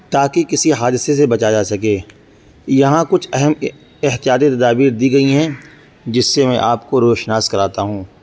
تاکہ کسی حادثے سے بچا جا سکے یہاں کچھ اہم احتیاطی تدابیر دی گئی ہیں جس سے میں آپ کو روشناس کراتا ہوں